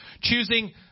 choosing